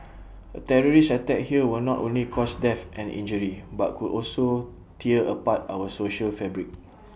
A terrorist attack here will not only cause death and injury but could also tear apart our social fabric